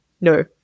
no